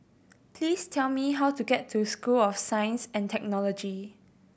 please tell me how to get to School of Science and Technology